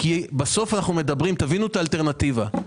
תבינו את האלטרנטיבה.